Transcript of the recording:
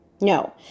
No